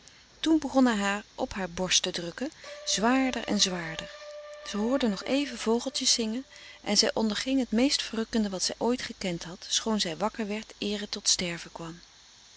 toen begon hij op haar borst te drukken zwaarder en zwaarder ze hoorde nog even vogeltjes zingen en zij onderging het meest verrukkende wat zij ooit gekend had schoon zij wakker werd eer het tot sterven kwam